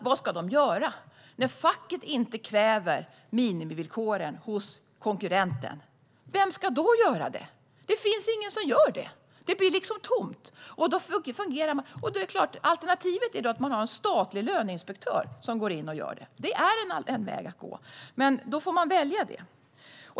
Vad ska de göra när facket inte kräver minimivillkoren hos konkurrenten? Vem ska då kräva det? Det finns ingen som gör det. Det blir liksom tomt. Alternativet är då att man har en statlig löneinspektör som gör det. Det är en väg att gå. Men då får man välja det.